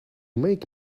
make